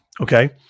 Okay